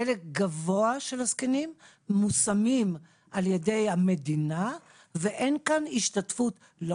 חלק גבוה של הזקנים מושמים ע"י המדינה ואין כאן השתתפות לא